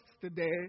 today